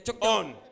on